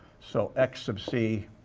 so, x sub c